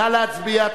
נא להצביע.